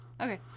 okay